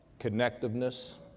connectiveness,